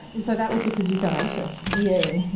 and so that was because you felt anxious? yeah, yeah,